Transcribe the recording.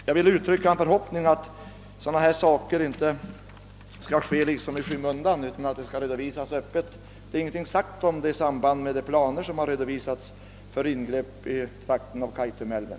Jag vill uttrycka förhoppningen att sådant inte skall få försiggå i skymundan utan redovisas öppet. Det har ingenting sagts härom i samband med de planer som redovisats beträffande ingrepp i trakten av Kaitumälven.